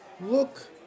Look